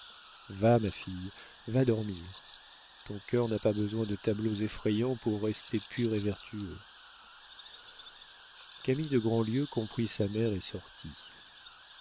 va ma fille va dormir ton cœur n'a pas besoin de tableaux effrayants pour rester pur et vertueux camille de grandlieu comprit sa mère et sortit